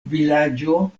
vilaĝo